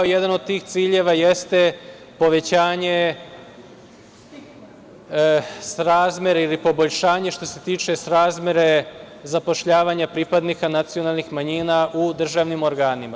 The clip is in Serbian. Jedan od tih ciljeva jeste povećanje srazmere ili poboljšanje što se tiče srazmere zapošljavanja pripadnika nacionalnih manjina u državnim organima.